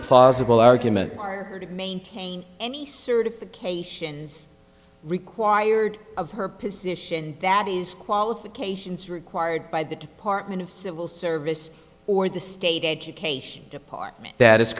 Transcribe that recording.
plausible argument are her to maintain any certifications required of her position that is qualifications required by the department of civil service or the state education department that is